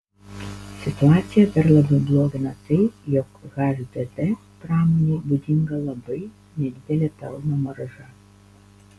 situaciją dar labiau blogina tai jog hdd pramonei būdinga labai nedidelė pelno marža